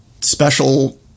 special